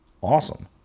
Awesome